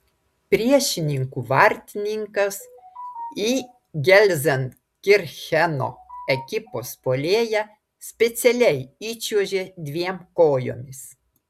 priešininkų vartininkas į gelzenkircheno ekipos puolėją specialiai įčiuožė dviem kojomis